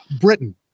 Britain